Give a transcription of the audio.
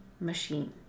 machine